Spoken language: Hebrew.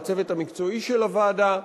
והצוות המקצועי של הוועדה,